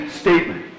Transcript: statement